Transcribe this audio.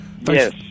Yes